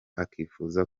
akifuza